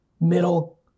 middle